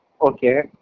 Okay